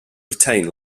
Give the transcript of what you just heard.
retain